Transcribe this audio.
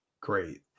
great